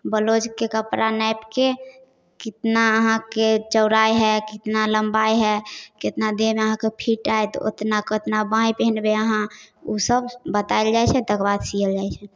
ब्लाउजके कपड़ा नापिके कतना अहाँके चौड़ाइ हइ कतना लम्बाइ हइ कतना देहमे अहाँके फिट आएत ओतनाके ओतना बाँहि पिन्हबै अहाँ ओसब बताएल जाइ छै तकर बाद सिअल जाइ छै